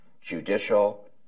Judicial